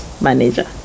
manager